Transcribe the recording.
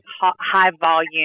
high-volume